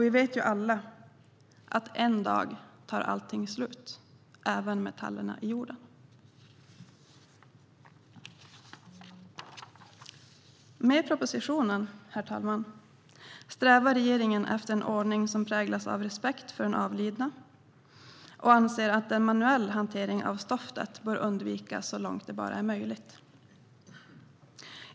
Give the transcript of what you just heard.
Vi vet alla att en dag tar allting slut, även metallerna i jorden. Herr talman! Med propositionen strävar regeringen efter en ordning som präglas av respekt för den avlidna och anser att en manuell hantering av stoftet bör undvikas så långt det bara är möjligt.